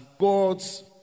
God's